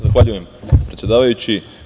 Zahvaljujem, predsedavajući.